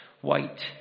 white